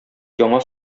яңа